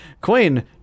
Queen